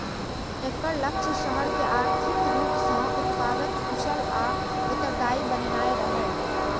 एकर लक्ष्य शहर कें आर्थिक रूप सं उत्पादक, कुशल आ उत्तरदायी बनेनाइ रहै